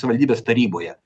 savivaldybės taryboje